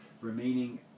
remaining